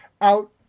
out